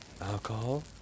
Alcohol